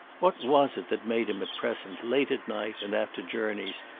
what was it that made him at present, late at night and after journeys,